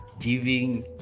giving